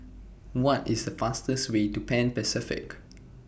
What IS The fastest Way to Pan Pacific